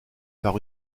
par